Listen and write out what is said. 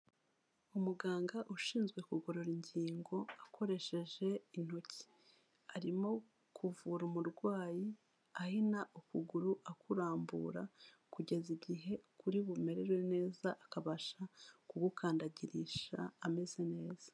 Umuganga ushinzwe kugorora ingingo akoresheje intoki, arimo kuvura umurwayi ahina ukuguru akurambura kugeza igihe kuri bumerere neza akabasha ku kugukandagirisha ameze neza.